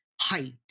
height